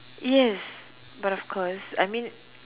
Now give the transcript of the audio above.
yes but of course I mean